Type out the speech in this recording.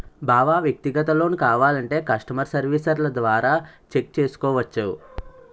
బావా వ్యక్తిగత లోన్ కావాలంటే కష్టమర్ సెర్వీస్ల ద్వారా చెక్ చేసుకోవచ్చు